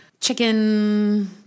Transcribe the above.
chicken